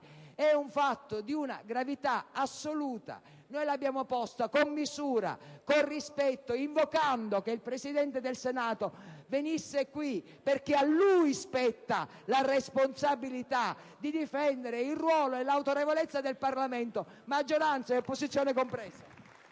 è un fatto di una gravità assoluta? Noi lo abbiamo evidenziato, con misura e con rispetto, invocando la presenza del Presidente del Senato, perché a lui spetta la responsabilità di difendere il ruolo e l'autorevolezza del Parlamento, maggioranza e opposizione comprese.